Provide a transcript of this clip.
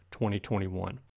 2021